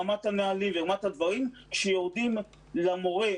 ברמת הנהלים כשיורדים למורה,